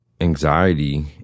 anxiety